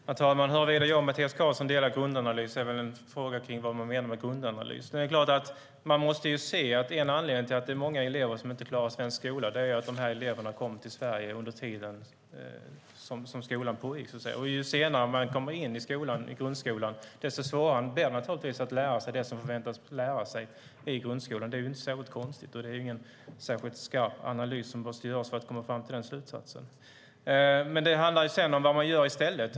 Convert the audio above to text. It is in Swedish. Herr talman! Huruvida jag och Mattias Karlsson delar grundanalysen är väl en fråga om vad man menar med grundanalys. En anledning till att många elever inte klarar den svenska skolan är att eleverna kommer till Sverige under den tid som skolan pågår. Ju senare man kommer in i grundskolan, desto svårare blir det naturligtvis att lära sig det som man förväntas lära sig i grundskolan. Det är inte särskilt konstigt. Vi behöver inte göra någon skarp analys för att komma fram till den slutsatsen. Det handlar sedan om vad man gör i stället.